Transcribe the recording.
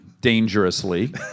dangerously